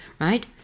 right